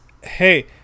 hey